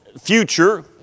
future